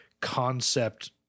concept